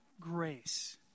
grace